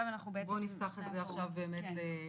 בואו נפתח את זה עכשיו להערות.